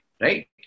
Right